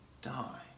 die